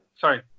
Sorry